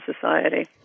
society